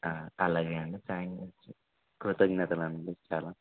అలాగే అండి థ్యాంక్స్ కృతజ్ఞతలు అండి చాలా